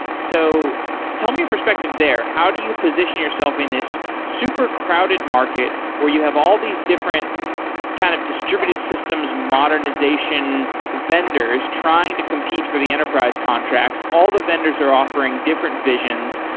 so tell me a perspective there. how do you position yourself in this super crowded market where you have all these different kind of distributed systems modernization vendors trying to compete for the enterprise contracts? all the vendors are offering different visions.